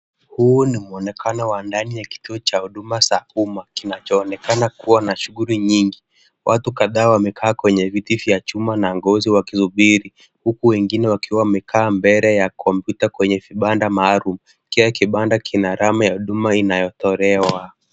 Huu ni muonekano wa ndani ya kituo cha huduma za umma, kinachoonekana kuwa na shughuli nyingi, watu kadha wamekaa kwenye viti vya chuma na ngozi wakisubiri, huku wengine wakiwa wamekaa mbele ya kompyuta kwenye vibanda maalum, kila kibanda kina alama ya huduma inayotolewa.